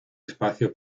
espacio